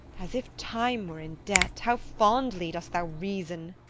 as if time were in debt! how fondly dost thou reason!